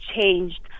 changed